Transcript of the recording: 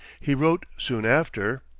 he wrote soon after